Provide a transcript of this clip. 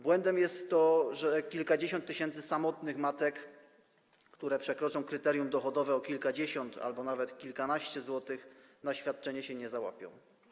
Błędem jest to, że kilkadziesiąt tysięcy samotnych matek, które przekroczą kryterium dochodowe o kilkadziesiąt albo nawet kilkanaście złotych, na świadczenie się nie załapie.